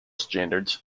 standards